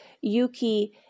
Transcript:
Yuki